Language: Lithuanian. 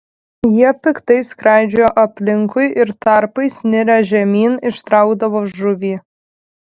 jie piktai skraidžiojo aplinkui ir tarpais nirę žemyn ištraukdavo žuvį